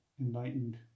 enlightened